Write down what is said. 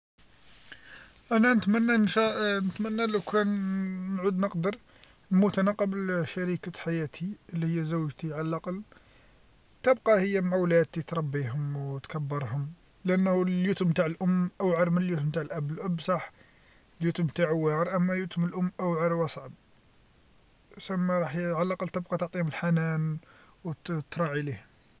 أنا نتمنى نتمنى لو كان نعود نقدر نموت أنا قبل شريكة حياتي لي هي زوجتي على الأقل تبقى هي مع ولادي تربيهم وتكبرهم لأنه اليتم تاع الأم أوعر من اليتم تاع الأب الأب صح اليتم تاعو واعر أما يتم الأم أوعر وأصعب سما على الاقل تبقى تعطيهم الحنان وتراعي ليه.